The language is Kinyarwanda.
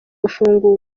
gufungurwa